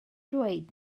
dweud